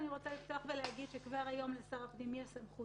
לפתוח ולהגיד שכבר היום לשר הפנים יש סמכות